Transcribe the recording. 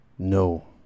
no